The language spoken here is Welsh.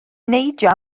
neidio